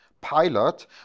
Pilot